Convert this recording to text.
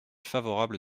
favorable